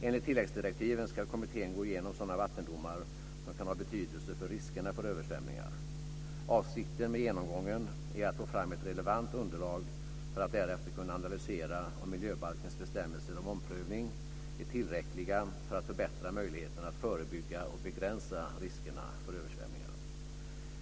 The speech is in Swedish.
Enligt tilläggsdirektiven ska kommittén gå igenom sådana vattendomar som kan ha betydelse för riskerna för översvämningar. Avsikten med genomgången är att få fram ett relevant underlag för att därefter kunna analysera om miljöbalkens bestämmelser om omprövning är tillräckliga för att förbättra möjligheterna att förebygga och begränsa riskerna för översvämningar.